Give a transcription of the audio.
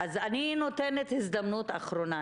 אז אני נותנת הזדמנות אחרונה,